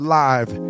live